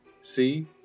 See